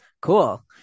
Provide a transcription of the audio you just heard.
cool